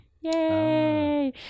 yay